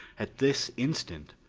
at this instant,